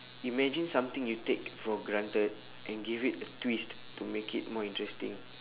imagine something you take for granted and give it a twist to make it more interesting